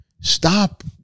Stop